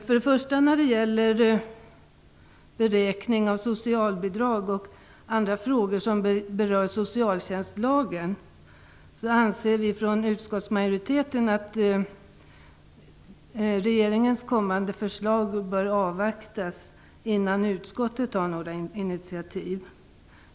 Vad först gäller beräkning av socialbidrag och andra frågor som berör socialtjänstlagen anser vi inom utskottsmajoriteten att regeringens kommande förslag bör avvaktas innan utskottet tar några initiativ.